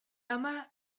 yma